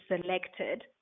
selected